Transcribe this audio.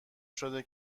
شده